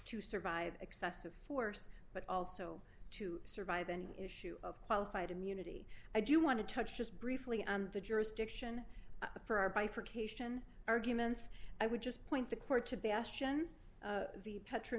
to survive excessive force but also to survive an issue of qualified immunity i do want to touch just briefly on the jurisdiction for our bifurcation arguments i would just point the court to be asked in the pattern